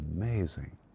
amazing